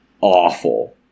awful